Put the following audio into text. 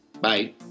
Bye